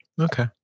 Okay